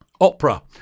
Opera